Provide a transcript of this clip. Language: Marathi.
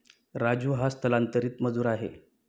राजू हा स्थलांतरित मजूर आहे